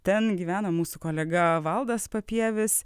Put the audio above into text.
ten gyvena mūsų kolega valdas papievis